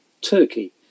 turkey